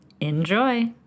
Enjoy